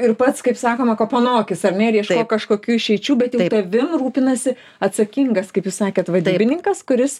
ir pats kaip sakoma kapanokis ar ne ir ieškok kažkokių išeičių bet ir tavim rūpinasi atsakingas kaip jūs sakėt vadybininkas kuris